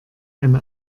eine